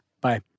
Bye